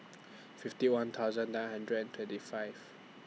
fifty one thousand nine hundred and twenty five